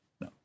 No